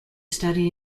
studied